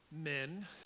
men